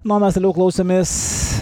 na o mes toliau klausomės